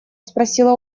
спросила